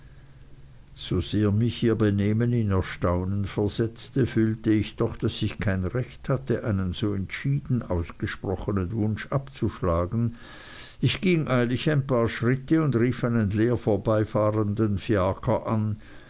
so sehr mich ihr benehmen in erstaunen versetzte fühlte ich doch daß ich kein recht hatte einen so entschieden ausgesprochenen wunsch abzuschlagen ich ging eilig ein paar schritte und rief einen leer vorbeifahrenden fiaker an